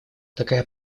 такая